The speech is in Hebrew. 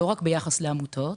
ולא רק ביחס לעמותות.